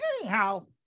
Anyhow